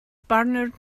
barnwr